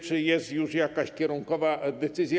Czy jest już jakaś kierunkowa decyzja?